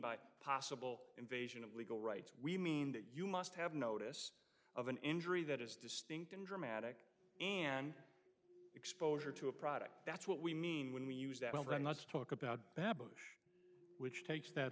by possible invasion of legal rights we mean that you must have notice of an injury that is distinct and dramatic and exposure to a product that's what we mean when we use that well then let's talk about which takes that